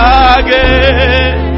again